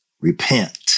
repent